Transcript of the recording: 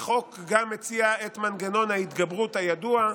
החוק גם מציע את מנגנון ההתגברות הידוע,